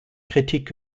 kritik